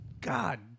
god